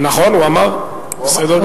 הוא אמר גם שצריך להיות סגן ראש ממשלה ערבי.